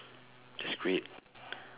that's great